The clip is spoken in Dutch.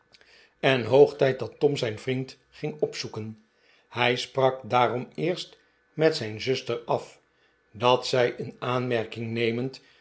en hoog tijd dat tom zijn vriend ging opzoeken hij sprak daarom eerst met zijn zuster af dat zij in aanmerking nemend